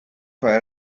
teure